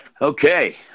Okay